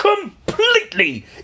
completely